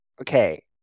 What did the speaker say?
Okay